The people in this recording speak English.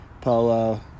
Polo